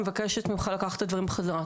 אני מבקשת ממך לקחת את הדברים בחזרה.